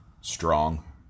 strong